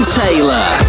taylor